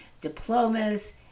diplomas